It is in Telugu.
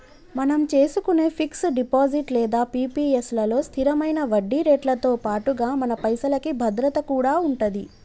మనం చేసుకునే ఫిక్స్ డిపాజిట్ లేదా పి.పి.ఎస్ లలో స్థిరమైన వడ్డీరేట్లతో పాటుగా మన పైసలకి భద్రత కూడా ఉంటది